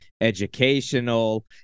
educational